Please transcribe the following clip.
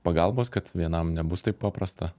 pagalbos kad vienam nebus taip paprasta